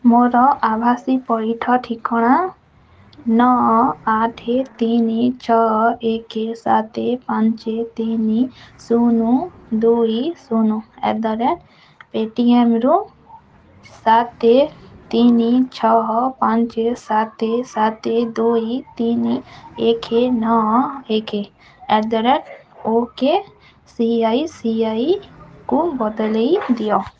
ମୋର ଆଭାସୀ ପଇଠ ଠିକଣା ନଅ ଆଠ ତିନି ଛଅ ଏକ ସାତ ପାଞ୍ଚ ତିନି ଶୂନ ଦୁଇ ଶୂନ ଆଟ୍ ଦ ରେଟ୍ ପେଟିଏମ୍ରୁ ସାତ ତିନି ଛଅ ପାଞ୍ଚ ସାତ ସାତ ଦୁଇ ତିନି ଏକ ନଅ ଏକ ଆଟ୍ ଦ ରେଟ୍ ଓକେ ସିଆଇସିଆଇକୁ ବଦଳାଇ ଦିଅ